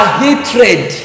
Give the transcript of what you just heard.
hatred